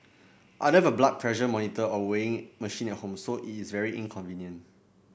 I don't have a blood pressure monitor or weighing machine at home so it is very in convenient